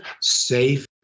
safe